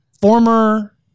former